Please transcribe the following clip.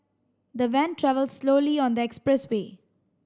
the van travelled slowly on the expressway